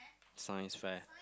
science fair